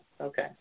Okay